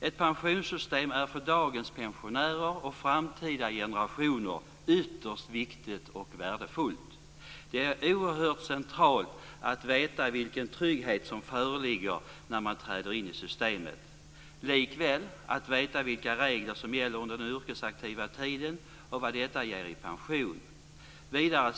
Ett pensionssystem är för dagens pensionärer och framtida generationer ytterst viktigt och värdefullt. Det är oerhört centralt att veta vilken trygghet som föreligger när man träder in i systemet likväl som att veta vilka regler som gäller under den yrkesaktiva tiden och vad detta ger i pension.